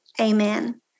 amen